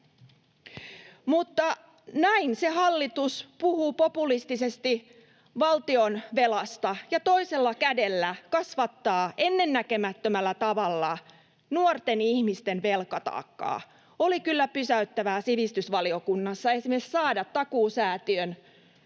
Näin se hallitus puhuu populistisesti valtion velasta ja toisella kädellä kasvattaa ennennäkemättömällä tavalla nuorten ihmisten velkataakkaa. Oli kyllä pysäyttävää sivistysvaliokunnassa esimerkiksi saada Takuusäätiön